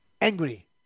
angry